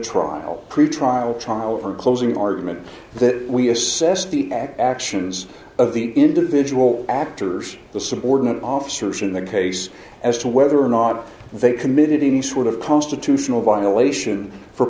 trial pretrial trial or closing argument that we assess the actions of the individual actors the subordinate officers in the case as to whether or not they committed any sort of constitutional violation for